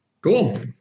Cool